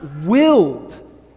willed